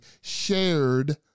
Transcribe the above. shared